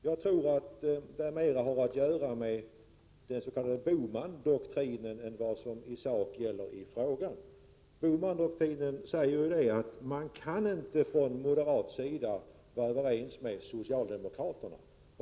Jag tror att det mer har att göra med den s.k. Bohmandoktrinen än vad som gäller i sak. Bohmandoktrinen säger att man från moderat håll inte kan vara överens med socialdemokraterna.